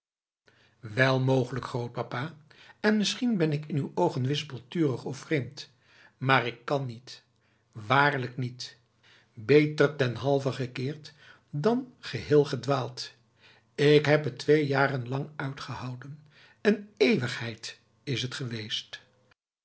wel mogelijk grootpapa en misschien ben ik in uw oogen wispelturig of vreemd maar ik kan niet waarlijk niet beter ten halve gekeerd dan geheel gedwaald ik heb het twee jaren lang uitgehouden een eeuwigheid is t geweest